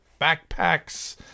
backpacks